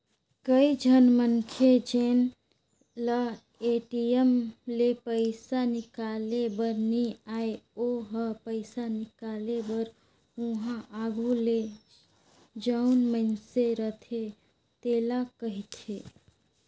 कइझन मनखे जेन ल ए.टी.एम ले पइसा हिंकाले बर नी आय ओ ह पइसा हिंकाले बर उहां आघु ले जउन मइनसे रहथे तेला कहि देथे